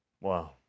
Wow